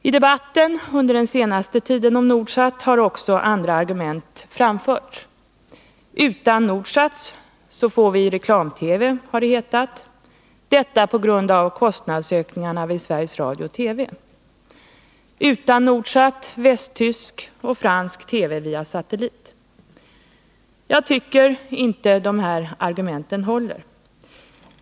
I debatten om Nordsat har under den allra senaste tiden också andra argument framförts. Utan Nordsat får vi reklam-TV, har det hetat, detta på grund av kostnadsökningarna vid Sveriges Radio-TV. Utan Nordsat får vi västtysk och fransk TV via satellit. Jag tycker inte att de här argumenten håller.